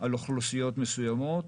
על אוכלוסיות מסוימות.